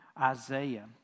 Isaiah